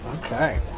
Okay